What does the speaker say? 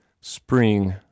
spring